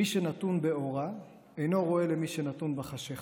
מי שנתון באורה, אינו רואה למי שנתון בחשיכה.